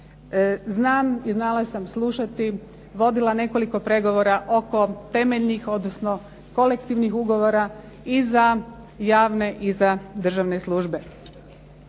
Znam i znala sam slušati, vodila nekoliko pregovora oko temeljnih, odnosno kolektivnih ugovora i za javne i za državne službe.